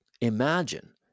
Imagine